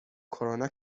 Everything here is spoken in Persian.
کرونا